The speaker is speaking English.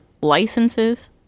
licenses